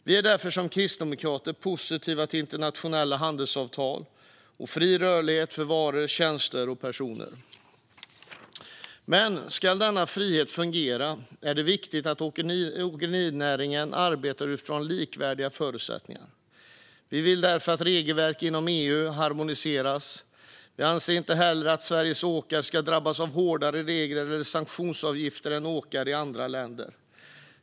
Vi kristdemokrater är därför positiva till internationella handelsavtal och fri rörlighet för varor, tjänster och personer. Men ska denna frihet fungera är det viktigt att åkerinäringen arbetar utifrån likvärdiga förutsättningar. Vi vill därför att regelverken inom EU harmoniseras. Vi anser inte att Sveriges åkare ska drabbas av hårdare regler eller sanktionsavgifter än åkare i andra länder.